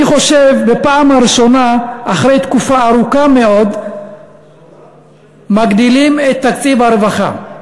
אני חושב שבפעם הראשונה אחרי תקופה ארוכה מאוד מגדילים את תקציב הרווחה,